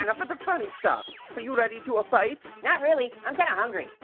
enough with the funny stuff. are you ready to a fight? not really. i'm kinda hungry.